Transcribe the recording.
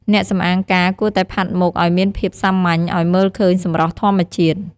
អ្នកសម្អាងការគួរតែផាត់មុខឲ្យមានភាពសាមញ្ញឲ្យមើលឃើញសម្រស់ធម្មជាតិ។